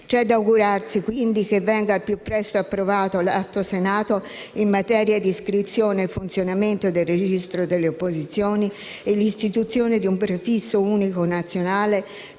C'è da augurarsi quindi che venga approvato al più presto l'Atto Senato in materia di iscrizione e funzionamento del registro delle opposizioni e l'istituzione di un prefisso unico nazionale